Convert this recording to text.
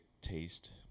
taste